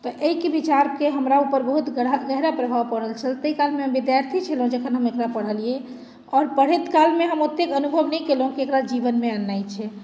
तऽ एहिके विचारके हमरा ऊपर बहुत गढ़ा गहरा प्रभाव पड़ल छल ताहि कालमे हम विद्यार्थी छलहुँ जखन हम एकरा पढ़लियै आओर पढ़ैत कालमे हम ओतेक अनुभव नहि केलहुँ जे एकरा जीवनमे अननाइ छै